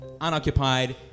unoccupied